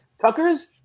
Tucker's